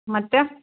ಮತ್ತು